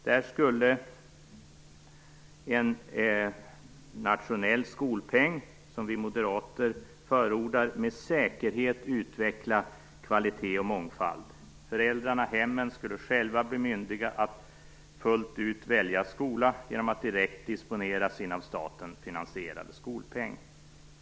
Där skulle en nationell skolpeng, som vi moderater förordar, med säkerhet utveckla kvalitet och mångfald. Föräldrarna/hemmen skulle själva bli myndiga att fullt ut välja skola genom att direkt disponera sin av staten finansierade skolpeng.